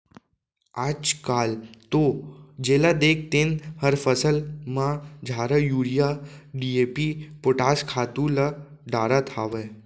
आजकाल तो जेला देख तेन हर फसल म झारा यूरिया, डी.ए.पी, पोटास खातू ल डारत हावय